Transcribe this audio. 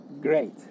Great